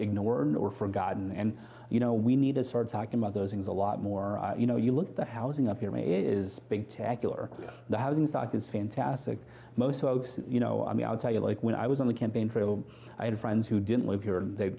ignored or forgotten and you know we need to start talking about those things a lot more you know you look at the housing up here is big tackler the housing stock is fantastic most folks you know i mean i'll tell you like when i was on the campaign trail i had friends who didn't live here and they